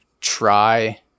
try